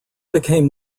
became